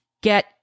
get